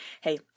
hey